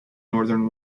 northern